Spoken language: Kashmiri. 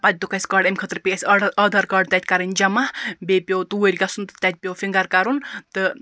پَتہٕ دِتُکھ اَسہِ کاڈ امہِ خٲطرٕ پیٚیہِ اَسہِ آڈآ آدھار کاڈ تَتہٕ کَرٕنۍ جَمَع بیٚیہِ پیٚو توٗرۍ گَژھُن تَتہِ پیٚو فِنگَر کَرُن تہٕ